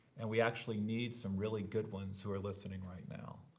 and we actually need some really good ones who are listening right now.